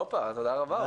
הופה, תודה רבה.